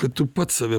kad tu pats save